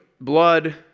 blood